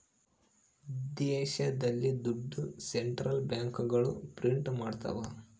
ದೇಶದಲ್ಲಿ ದುಡ್ಡು ಸೆಂಟ್ರಲ್ ಬ್ಯಾಂಕ್ಗಳು ಪ್ರಿಂಟ್ ಮಾಡ್ತವ